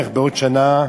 בערך בעוד שנה,